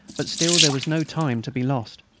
but still, there was no time to be lost.